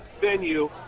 venue